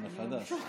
מחדש.